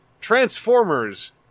Transformers